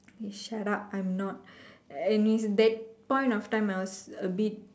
eh shut up I'm not and is that point of time I was a bit